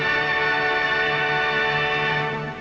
and